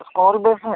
school bus